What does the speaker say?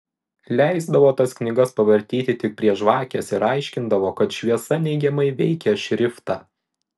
leisdavo tas knygas pavartyti tik prie žvakės ir aiškindavo kad šviesa neigiamai veikia šriftą